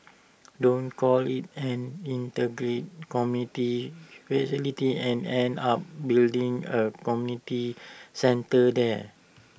don't call IT an integrated community facility and end up building A community centre there